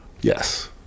Yes